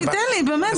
תן לי באמת,